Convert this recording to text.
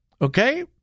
Okay